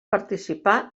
participar